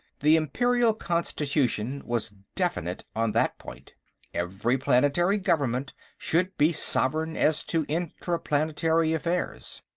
the imperial constitution was definite on that point every planetary government should be sovereign as to intraplanetary affairs.